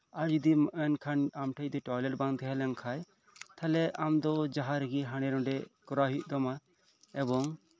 ᱟᱨ ᱡᱚᱫᱤᱢ ᱢᱮᱱᱠᱷᱟᱱ ᱟᱢ ᱴᱷᱮᱱ ᱡᱚᱫᱤ ᱴᱚᱭᱞᱮᱴ ᱵᱟᱝ ᱛᱟᱸᱦᱮ ᱞᱮᱱᱠᱷᱟᱡ ᱛᱟᱦᱞᱮ ᱟᱢᱫᱚ ᱡᱟᱸᱦᱟ ᱨᱮᱜᱮ ᱦᱟᱱᱰᱮ ᱱᱟᱰᱮ ᱠᱚᱨᱟᱣ ᱦᱩᱭᱩᱜ ᱛᱟᱢᱟ ᱮᱵᱚᱝ